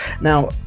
Now